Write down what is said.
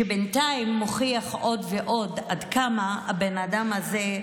שבינתיים מוכיח עוד ועוד עד כמה הבן אדם הזה,